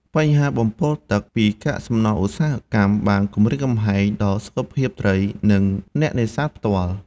បញ្ហា បំពុលទឹក ពីកាកសំណល់ឧស្សាហកម្មបានគំរាមកំហែងដល់សុខភាពត្រីនិងអ្នកនេសាទផ្ទាល់។